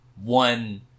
one